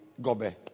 gobe